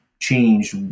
changed